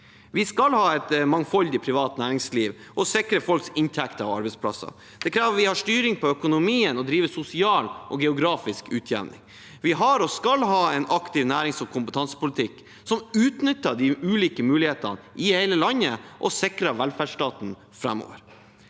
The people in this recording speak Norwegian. Vi skal ha et mangfoldig privat næringsliv og sikre folks inntekter og arbeidsplasser. Det krever at vi har styring på økonomien og driver sosial og geografisk utjevning. Vi har og skal ha en aktiv nærings- og kompetansepolitikk som utnytter de ulike mulighetene i hele landet og sikrer velferdsstaten framover.